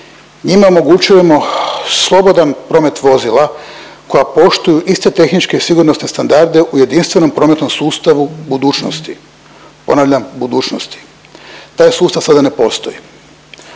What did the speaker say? Njime omogućujemo slobodan promet vozila koja poštuju iste tehničke, sigurnosne standarde u jedinstvenom prometnom sustavu budućnosti, ponavljam budućnosti. Taj još sustav sada ne postoji.